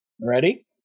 Ready